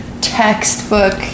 textbook